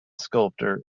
sculptor